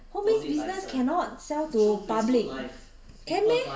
home-based business cannot sell to public can meh